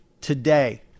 today